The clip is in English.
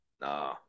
No